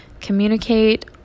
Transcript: Communicate